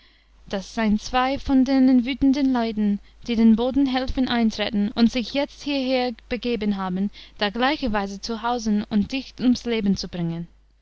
das seind zwei von denen wütenden leuten die den boden helfen eintretten und sich jetzt hieher begeben haben da gleicherweis zu hausen und dich ums leben zu bringen